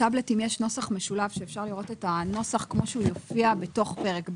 בטבלטים יש נוסח משולב שאפשר לראות את הנוסח כמו שהוא יופיע בפרק ב',